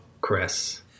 Chris